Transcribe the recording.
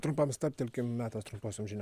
trumpam stabtelkim metas trumposiom žiniom